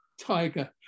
tiger